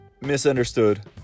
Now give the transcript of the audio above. misunderstood